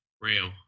real